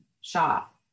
shop